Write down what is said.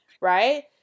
right